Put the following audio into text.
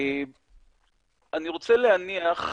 אני רוצה להניח,